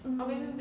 mm